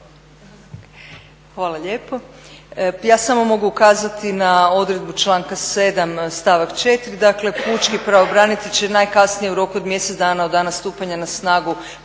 Hvala lijepo. Ja samo mogu ukazati na odredbu članka 7. stavak 4. dakle pučki pravobranitelj će najkasnije u roku od mjesec dana od dana stupanja na snagu